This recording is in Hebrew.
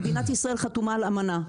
מדינת ישראל חתומה על אמנה.